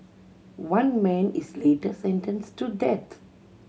one man is later sentenced to death